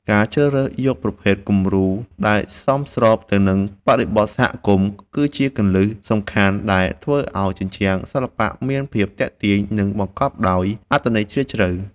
ការជ្រើសរើសប្រភេទគំនូរដែលសមស្របទៅនឹងបរិបទសហគមន៍ គឺជាគន្លឹះសំខាន់ដែលធ្វើឱ្យជញ្ជាំងសិល្បៈមានភាពទាក់ទាញ និងបង្កប់ដោយអត្ថន័យជ្រាលជ្រៅ។